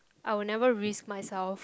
I will never risk myself